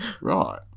right